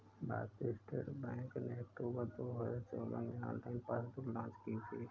भारतीय state bank ने अक्टूबर दो हजार चौदह में ऑनलाइन पासबुक लॉन्च की थी